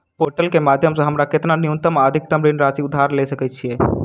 Portal केँ माध्यम सऽ हमरा केतना न्यूनतम आ अधिकतम ऋण राशि उधार ले सकै छीयै?